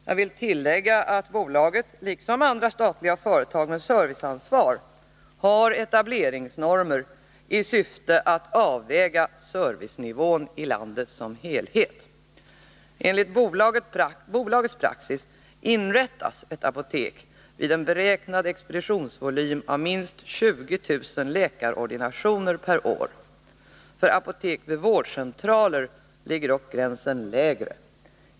Jag vill tillägga att Apoteksbolaget, liksom andra statliga företag med serviceansvar, har etableringsnormer i syfte att avväga servicenivån i landet som helhet. Enligt bolagets praxis inrättas ett apotek vid en beräknad expeditionsvolym av minst 20 000 läkarordinationer per år. För apotek vid vårdcentraler ligger dock gränsen lägre.